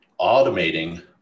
automating